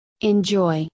Enjoy